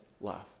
love